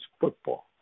football